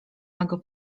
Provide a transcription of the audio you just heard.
mego